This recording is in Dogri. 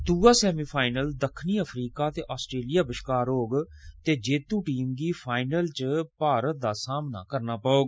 द्रआ सैमी फाईनल दक्खनी अफ्रीका ते आस्ट्रेलिया बश्कार होग ते जेत्तू टीम गी फाईनल च भारत दा सामना करना पौग